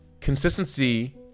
consistency